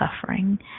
suffering